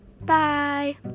bye